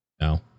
No